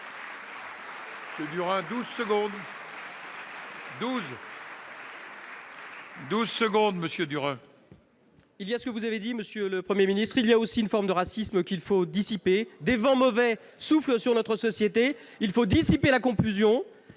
le Premier ministre ; il y a aussi une forme de racisme, qu'il faut dissiper. Des vents mauvais soufflent sur notre société. Il faut dissiper la confusion,